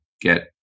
get